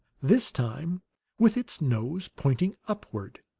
this time with its nose pointing upward.